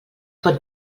pot